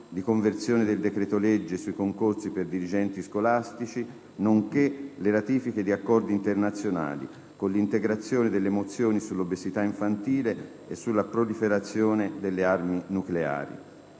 di conversione del decreto-legge sui concorsi per dirigenti scolastici, nonché le ratifiche di accordi internazionali, con l'integrazione delle mozioni sull'obesità infantile e sulla proliferazione delle armi nucleari.